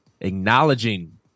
acknowledging